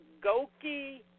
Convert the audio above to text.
Goki